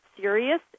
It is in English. serious